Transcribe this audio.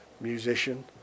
musician